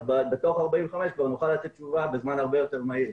בתוך 45 ימים נוכל לתת תשובה בזמן הרבה יותר מהיר.